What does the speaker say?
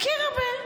מכיר הרבה.